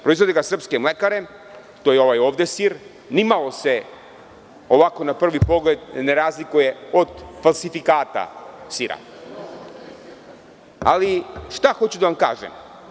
Proizvode ga srpske mlekare, to je ovaj ovde sir, ni malo se ovako na prvi pogled ne razlikuje od falsifikata sira, ali šta hoću da vam kažem?